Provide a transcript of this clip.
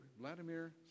Vladimir